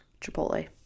Chipotle